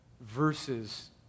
verses